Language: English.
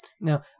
Now